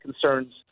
concerns